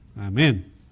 Amen